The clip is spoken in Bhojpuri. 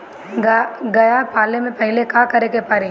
गया पाले से पहिले का करे के पारी?